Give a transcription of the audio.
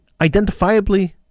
identifiably